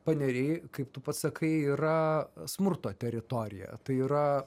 paneriai kaip tu pasakai yra smurto teritorija tai yra